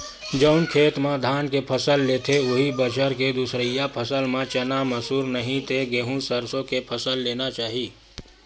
जउन खेत म धान के फसल लेथे, उहीं बछर के दूसरइया फसल म चना, मसूर, नहि ते गहूँ, सरसो के फसल लेना चाही